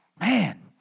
Man